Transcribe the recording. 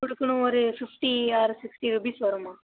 ஒரு சுனு ஒரு ஃபிஃப்ட்டி ஆர் சிக்ஸ்ட்டி ருபீஸ் வரும்மா